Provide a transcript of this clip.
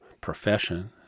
profession